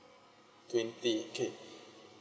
twenty okay